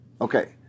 Okay